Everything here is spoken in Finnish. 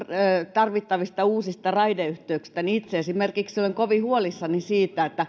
tarvittavista uusista raideyhteyksistä ja itse olen kovin huolissani esimerkiksi siitä